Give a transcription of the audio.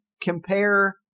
compare